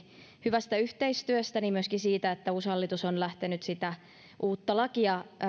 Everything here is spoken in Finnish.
hyvästä yhteistyöstä myöskin siitä että uusi hallitus on lähtenyt uutta lakia